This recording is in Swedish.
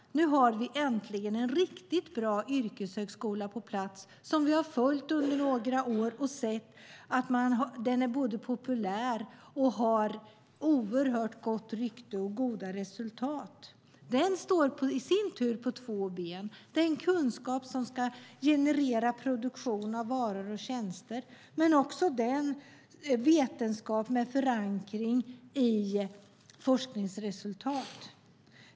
Nu har vi äntligen en riktigt bra yrkeshögskola på plats. Vi har följt den under några år och sett att den är populär och har oerhört gott rykte och goda resultat. Den står i sin tur på två ben: den kunskap som ska generera produktion av varor och tjänster men också vetenskap med förankring i forskningsresultat.